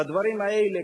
בדברים האלה,